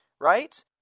Right